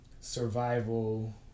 survival